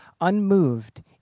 unmoved